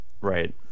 Right